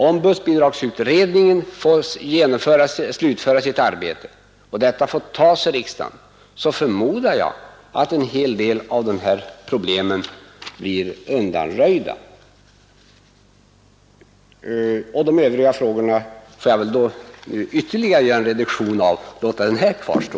Om bussbidragsutredningen får slutföra sitt arbete och detta får behandlas i riksdagen förmodar jag att en hel del av dessa problem blir undanröjda. Jag får väl ytterligare reducera mitt frågande och bara låta den här frågan kvarstå.